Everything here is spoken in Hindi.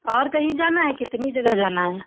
और कहीं जाना है कितनी जगह जाना है